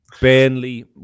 Burnley